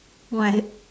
what